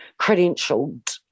credentialed